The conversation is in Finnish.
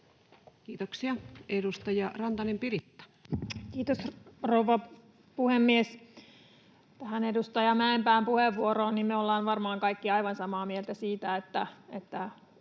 Time: 18:26 Content: Kiitos, rouva puhemies! Edustaja Mäenpään puheenvuoroon: Me ollaan varmaan kaikki aivan samaa mieltä siitä, että